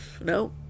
No